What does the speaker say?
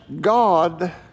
God